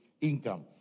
income